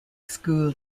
school